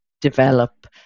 develop